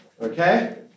Okay